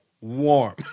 warm